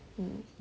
mm